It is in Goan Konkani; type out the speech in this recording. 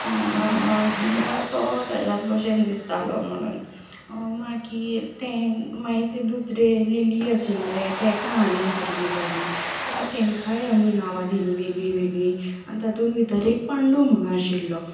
कित्याक तो ताच्याच भाशेन दिसतालो म्हुणून मागीर तें मागीर तें दुसरें लिली आशिल्लें तेका आनीक भुरगीं जालीं सो मागीर तेंकाय आमी नांवां दिलीं वेगळीं वेगळीं आनी तातूंत भितर एक पांडू म्हुणून आशिल्लो